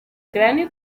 cráneo